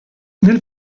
nel